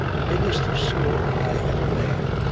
biggest score i ever made.